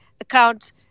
account